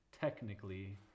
technically